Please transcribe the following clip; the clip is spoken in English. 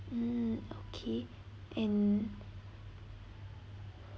mm okay and